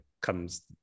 comes